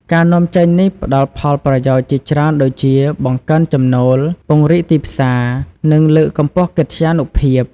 ការនាំចេញនេះផ្ដល់ផលប្រយោជន៍ជាច្រើនដូចជា បង្កើនចំណូល ពង្រីកទីផ្សារ និងលើកកម្ពស់កិត្យានុភាព។